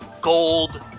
gold